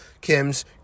Kim's